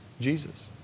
Jesus